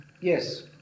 Yes